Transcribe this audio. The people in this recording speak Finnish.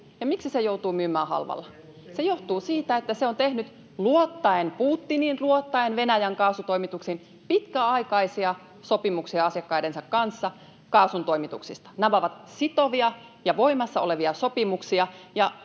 miksi se joutuu myymään halvalla? Se johtuu siitä, että se on tehnyt — luottaen Putiniin, luottaen Venäjän kaasutoimituksiin — pitkäaikaisia sopimuksia asiakkaidensa kanssa kaasuntoimituksista. Nämä ovat sitovia ja voimassa olevia sopimuksia,